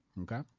Okay